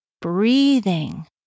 breathing